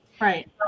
Right